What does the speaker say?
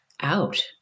out